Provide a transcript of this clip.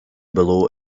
below